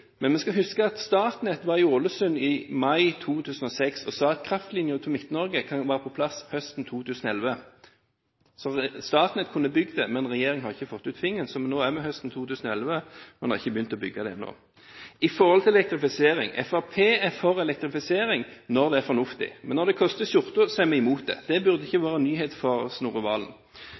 men vi skal huske at Statnett var i Ålesund i mai 2006 og sa at kraftlinjen til Midt-Norge kunne være på plass høsten 2011. Statnett kunne bygd den, men regjeringen har ikke fått ut fingeren. Nå er det høsten 2011, og man har ennå ikke begynt å bygge. Så til elektrifisering. Fremskrittspartiet er for elektrifisering når det er fornuftig, men når det koster skjorta, er vi imot det. Det burde ikke være noen nyhet for